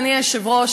אדוני היושב-ראש,